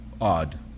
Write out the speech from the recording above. odd